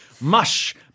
Mush